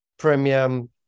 premium